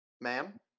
Ma'am